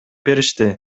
беришти